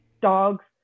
dogs